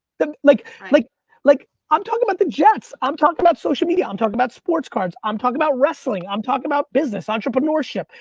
like like like i'm talking about the jets, i'm talking about social media, i'm talking about sports cards, i'm talking about wrestling, i'm talking about business, entrepreneurship,